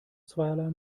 zweierlei